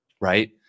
right